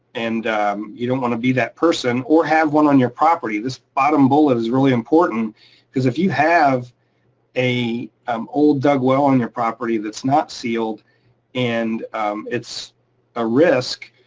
and you don't wanna be that person or have one on your property. this bottom bullet is really important cause if you have an um old dug well on your property that's not sealed and it's a risk,